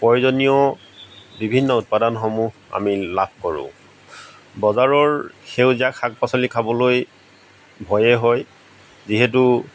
প্ৰয়োজনীয় বিভিন্ন উৎপাদনসমূহ আমি লাভ কৰো বজাৰৰ সেউজীয়া শাক পাচলি খাবলৈ ভয়ে হয় যিহেতু